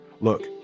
Look